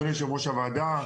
אדוני יושב-ראש הוועדה,